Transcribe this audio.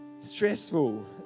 stressful